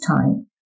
time